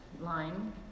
line